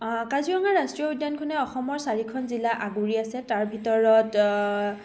কাজিৰঙা ৰাষ্ট্ৰীয় উদ্যানখনে অসমৰ চাৰিখন জিলা আগুৰি আছে তাৰ ভিতৰত